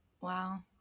Wow